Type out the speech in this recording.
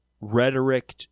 rhetoric